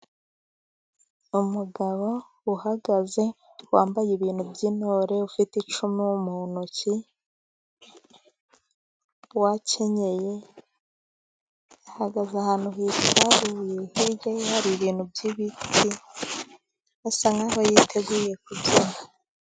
Umugabo uhagaze wambaye ibintu by'intore, ufite icumu mu ntoki, wakenyeye ahagaze ahantu hitwa ibihige hari ibintu by'ibiti ,asa nkaho yiteguye kugenda abyina.